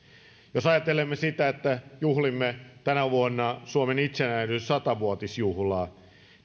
jos ajattelemme sitä että juhlimme tänä vuonna suomen itsenäisyyden sata vuotisjuhlaa